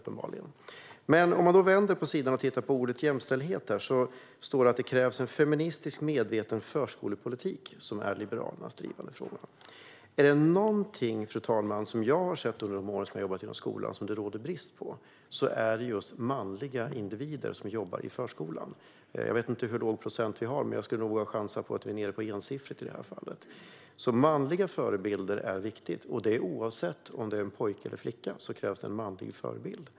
Om man vänder sida i betänkandet och tittar under jämställdhet står det att: "det krävs också en feministiskt medveten förskolepolitik." Det är Liberalerna som driver den frågan. Fru talman! Om det är någonting som jag har sett under de år som jag har jobbat inom skolan är det att det råder brist på just manliga individer som jobbar i förskolan. Jag vet inte hur låg procent det är, men jag skulle nog våga chansa på att vi är nere på ensiffrigt i det fallet. Manliga förebilder är viktiga. Oavsett om det gäller pojkar eller flickor krävs det en manlig förebild.